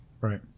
Right